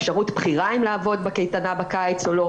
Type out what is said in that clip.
אפשרות בחירה אם לעבוד בקייטנה בקיץ או לא,